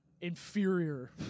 Inferior